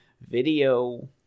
video